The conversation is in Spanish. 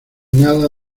nada